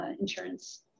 insurance